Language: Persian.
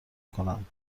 کنم